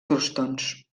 crostons